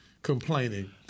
Complaining